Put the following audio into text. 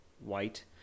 white